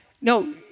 no